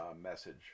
message